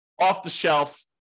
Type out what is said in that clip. off-the-shelf